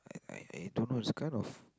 I I don't know it's kind of